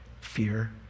fear